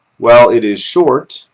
while it is short,